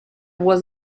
was